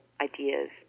ideas